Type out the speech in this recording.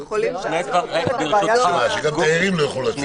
--- גם תיירים לא יוכלו לצאת